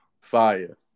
Fire